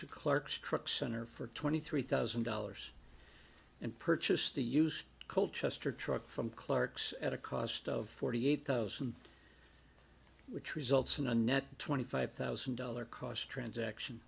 to clark's truck center for twenty three thousand dollars and purchased a used coal chester truck from clerks at a cost of forty eight thousand which results in a net twenty five thousand dollar cost transaction